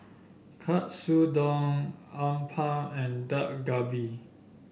Katsudon Uthapam and Dak Galbi